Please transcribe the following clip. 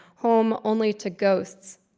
home only to ghosts,